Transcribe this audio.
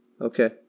Okay